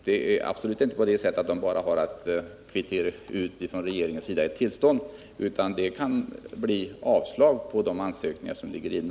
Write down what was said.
Det är absolut inte så att det bara är att kvittera ut ett tillstånd av regeringen. Tvärtom kan det också bli avslag på de ansökningar som ligger inne.